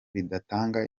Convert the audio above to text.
bidatanga